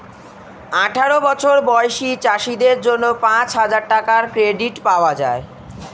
আঠারো বছর বয়সী চাষীদের জন্য পাঁচহাজার টাকার ক্রেডিট পাওয়া যায়